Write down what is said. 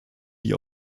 die